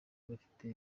bafite